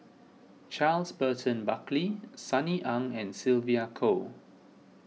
Charles Burton Buckley Sunny Ang and Sylvia Kho